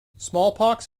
smallpox